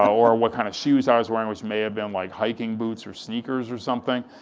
so or what kind of shoes i was wearing, which may been like, hiking boots or sneakers, or something.